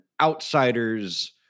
outsider's